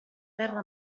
terra